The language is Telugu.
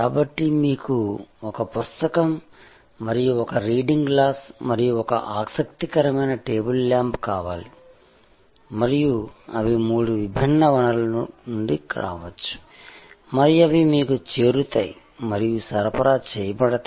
కాబట్టి మీకు ఒక పుస్తకం మరియు ఒక రీడింగ్ గ్లాస్ మరియు ఒక ఆసక్తికరమైన టేబుల్ ల్యాంప్ కావాలి మరియు అవి మూడు విభిన్న వనరుల నుండి రావచ్చు మరియు అవి మీకు చేరతాయి మరియు సరఫరా చేయబడతాయి